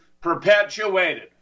perpetuated